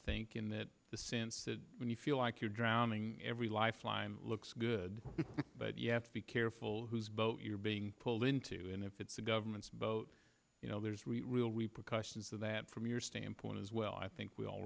think in that the sense that you feel like you're drowning every lifeline looks good but you have to be careful whose boat you're being pulled into and if it's the government's boat you know there's real repercussions of that from your standpoint as well i think we all